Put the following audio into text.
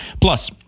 Plus